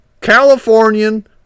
Californian